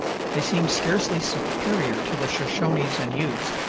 they seem scarcely superior to the shoshones and utes,